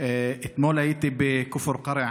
אתמול הייתי בכפר קרע,